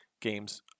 games